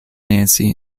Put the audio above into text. nancy